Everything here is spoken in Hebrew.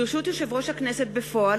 ברשות יושב-ראש הכנסת בפועל,